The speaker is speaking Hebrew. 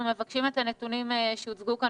אנחנו מבקשים לקבל את הנתונים שהוצגו כאן